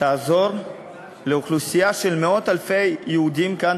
תעזור לאוכלוסייה של מאות-אלפי יהודים כאן